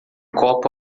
copo